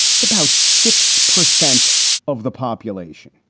it's about six percent of the population.